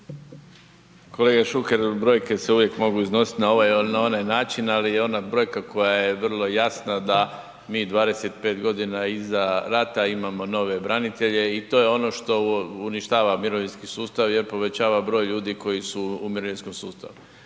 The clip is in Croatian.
Kolega Šuker, brojke se uvijek mogu iznositi na ovaj ili na onaj način, ali ona brojka koja je vrlo jasna da mi 25 godina iza rata imamo nove branitelje i to je ono što uništava mirovinski sustav jer povećava broj ljudi koji su u mirovinskom sustavu.